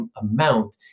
amount